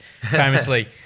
famously